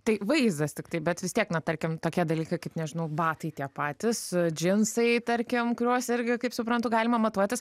tai vaizdas tiktai bet vis tiek na tarkim tokie dalykai kaip nežinau batai tie patys džinsai tarkim kuriuos irgi kaip suprantu galima matuotis